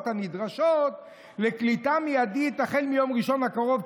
הנדרשות לקליטה מיידית החל מיום ראשון הקרוב,